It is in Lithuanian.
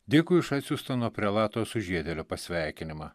dėkui už atsiųstą nuo prelato sužiedėlio pasveikinimą